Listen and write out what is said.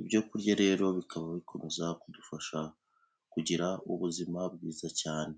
ibyo kurya rero bikaba bikomeza kudufasha kugira ubuzima bwiza cyane.